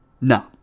No